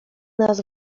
nas